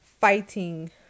fighting